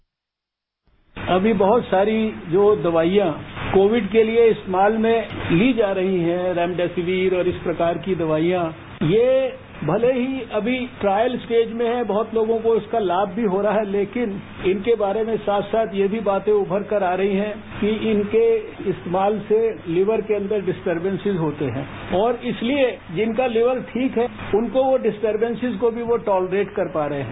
bite अभी बहुत सारी जो दवाइयां कोविड के लिए इस्तेमाल में ली जा रही हैं रेमडेसिवीर और इस प्रकार की दवाइयां ये भले ही अभी ट्रायल स्टेज में हैं बहुत लोगों को इसका लाभ भी हो रहा है लेकिन इनके बारे में साथ साथ यह भी बातें उभरकर आ रही हैं कि इनके इस्तेमाल से लीवर के अंदर डिस्टर्बे सीस होते हैं और इसलिए जिनका लीवर ठीक है उनको वो डिस्टर्बेंसीस को भी वो टोलरेट कर पा रहे हैं